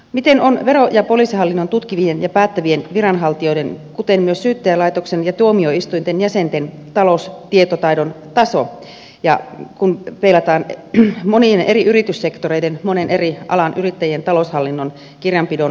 mikä on vero ja poliisihallinnon tutkivien ja päättävien viranhaltijoiden kuten myös syyttäjälaitoksen ja tuomioistuinten jäsenten taloustietotaidon taso kun sitä peilataan monien eri yrityssektoreiden monen eri alan yrittäjien taloushallinnon kirjanpidon tuntemukseen